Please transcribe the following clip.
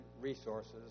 resources